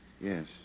Yes